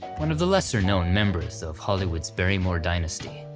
one of the lesser-known members of hollywood's barrymore dynasty.